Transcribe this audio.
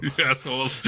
Asshole